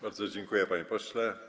Bardzo dziękuję, panie pośle.